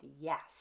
yes